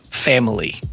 family